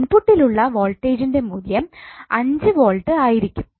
ഇൻപുട്ട്ലുള്ള വോൾടേജ്ന്റെ മൂല്യം 5 വോൾട് ആയിരിക്കും